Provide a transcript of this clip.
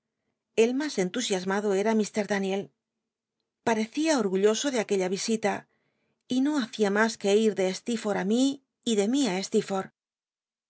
el mas entusiasmado era mr daniel parecía orgulloso de aquella isita y no hacia mas que ir de esf de mi y de mi